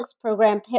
program